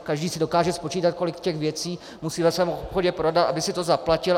Každý si dokáže spočítat, kolik věcí musí ve svém obchodě prodat, aby si to zaplatil.